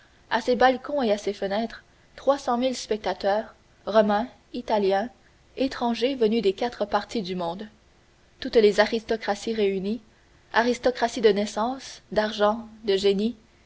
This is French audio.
ces balcons et à ces fenêtres trois cent mille spectateurs romains italiens étrangers venus des quatre parties du monde toutes les aristocraties réunies aristocraties de naissance d'argent de génie